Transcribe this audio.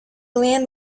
land